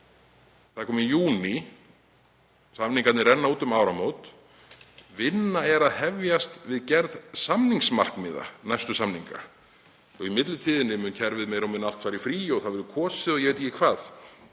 Það er kominn júní. Samningarnir renna út um áramót. Vinna er að hefjast við gerð samningsmarkmiða næstu samninga. Í millitíðinni mun kerfið meira og minna allt fara í frí og það verður kosið og ég veit ekki hvað.